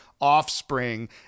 offspring